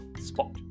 spot